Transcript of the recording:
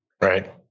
Right